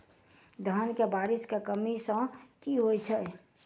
धान मे बारिश केँ कमी सँ की होइ छै?